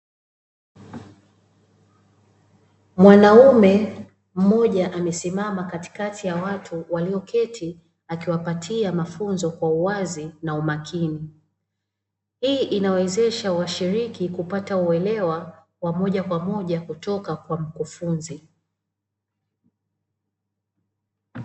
Mwanaume mmoja amesimama katikati ya watu walioketi akiwapatia mafunzo kwa uwazi na umakini, hii inawezesha washiriki kupata uelewa wa moja kwa moja kutoka kwa mkufunzi.